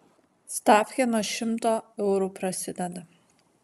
stafkė nuo šimto eurų prasideda